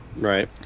right